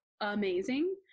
amazing